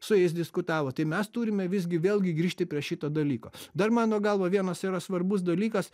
su jais diskutavo tai mes turime visgi vėlgi grįžti prie šito dalyko dar mano galva vienas yra svarbus dalykas